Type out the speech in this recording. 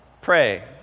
Pray